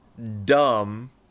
dumb